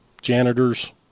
janitors